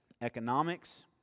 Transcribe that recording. Economics